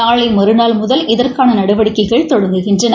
நாளை மறுநாள் முதல் இதற்கான நடவடிக்கைகள் தொடங்குகின்றன